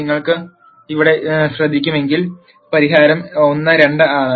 നിങ്ങൾ ഇവിടെ ശ്രദ്ധിക്കുമ്പോൾ പരിഹാരം 1 2 ആണ്